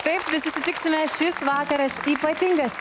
taip visi sutiksime šis vakaras ypatingas